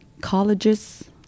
colleges